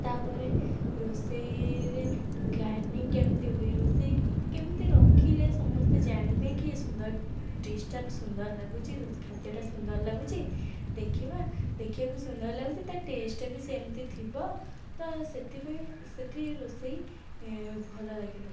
ତା'ପରେ ରୋଷେଇରେ ଗାନିଙ୍ଗ୍ କେମିତି ହୁଏ ରୋଷେଇ କେମିତି ରଖିଲେ ସମସ୍ତେ ଜାଣିବେକି ଏ ସୁନ୍ଦର ଡିସ୍ଟା ସୁନ୍ଦର ଲାଗୁଛି ରୋଷେ ଖାଦ୍ୟଟା ସୁନ୍ଦର ଲାଗୁଛି ଦେଖିବା ଦେଖିବାକୁ ସୁନ୍ଦର ଲାଗୁଛି ତା' ଟେଷ୍ଟଟାବି ସେମତି ଥିବ ତ ସେଇଥିପାଇଁ ସେଇଠି ରୋଷେଇ ଏଁ ଭଲ ଲାଗିବ